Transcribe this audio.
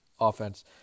offense